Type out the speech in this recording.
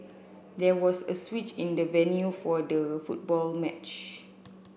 there was a switch in the venue for the football match